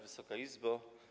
Wysoka Izbo!